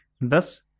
Thus